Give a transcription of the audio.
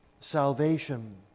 salvation